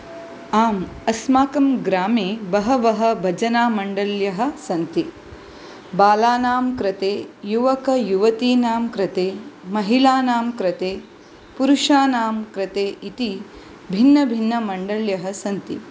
आम् अस्माकं ग्रामे बहवः भजनामण्डल्यः सन्ति बालानां कृते युवकयुवतीनां कृते महिलानां कृते पुरुषानां कृते इति भिन्नभिन्नमण्डल्यः सन्ति